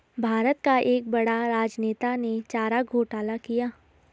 भारत का एक बड़ा राजनेता ने चारा घोटाला किया